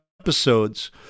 episodes